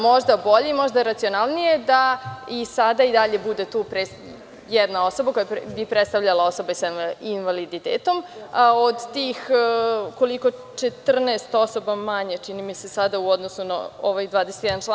možda bolje i možda racionalnije da i sada i dalje bude tu jedna osoba koja bi predstavljala osobe sa invaliditetom, od tih 14 osoba manje, čini mi se sada u odnosu na ovaj 21 član.